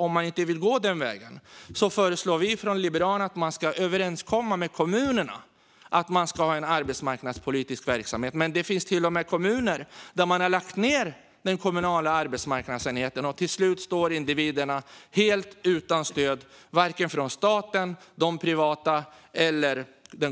Om man inte vill gå den vägen föreslår vi liberaler att man ska överenskomma med kommunerna om att ha en arbetsmarknadspolitisk verksamhet. Men det finns till och med kommuner där man har lagt ned den kommunala arbetsmarknadsenheten, och till slut står individerna helt utan stöd från vare sig staten eller de privata eller